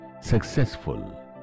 successful